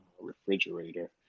refrigerator